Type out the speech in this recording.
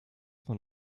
von